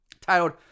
titled